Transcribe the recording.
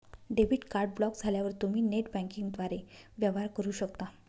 debit card block झाल्यावर तुम्ही net बँकिंगद्वारे वेवहार करू शकता